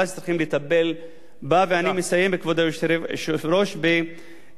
ואני מסיים, כבוד היושב-ראש, בשתי מלים.